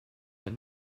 but